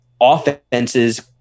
Offenses